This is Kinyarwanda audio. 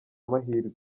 amahirwe